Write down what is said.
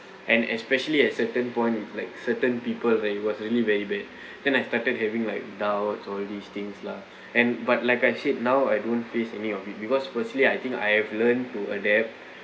and especially at certain point with like certain people when it was really very bad then I started having like downwards all these things lah and but like I said now I don't face any of it because firstly I think I have learned to adapt